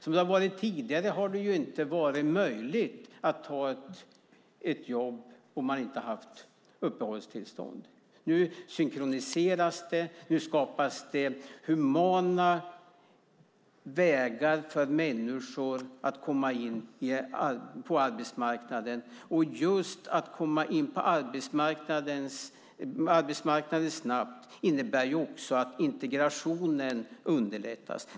Som det har varit tidigare har det inte varit möjligt att ta ett jobb om man inte haft uppehållstillstånd. Nu synkroniseras det. Nu skapas det humana vägar för människor in på arbetsmarknaden. Att människor kommer in på arbetsmarknaden snabbt innebär också att integrationen underlättas.